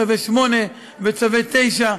צווי 8 וצווי 9,